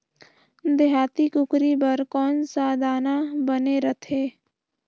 देहाती कुकरी बर कौन सा दाना बने रथे?